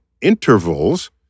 intervals